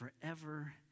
forever